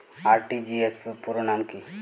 RTGS পুরো নাম কি?